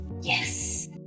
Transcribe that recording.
Yes